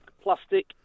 plastic